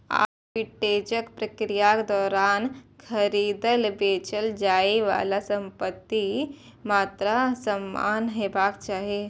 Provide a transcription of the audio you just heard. आर्बिट्रेजक प्रक्रियाक दौरान खरीदल, बेचल जाइ बला संपत्तिक मात्रा समान हेबाक चाही